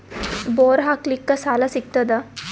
Bore ಹಾಕಲಿಕ್ಕ ಸಾಲ ಸಿಗತದ?